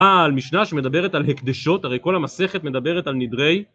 אה על משנה שמדברת על הקדשות הרי כל המסכת מדברת על נדרי